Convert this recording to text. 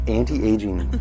anti-aging